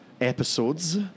episodes